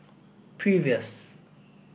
previous